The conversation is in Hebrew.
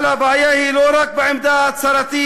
אבל הבעיה היא לא רק בעמדה ההצהרתית.